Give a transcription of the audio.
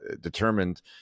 determined